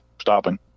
stopping